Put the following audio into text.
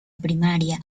primaria